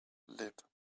live